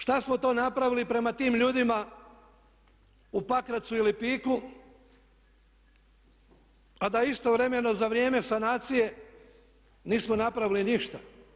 Šta smo to napravili prema tim ljudima u Pakracu i Lipiku a da istovremeno za vrijeme sanacije nismo napravili ništa?